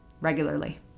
regularly